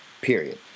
period